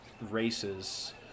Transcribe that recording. races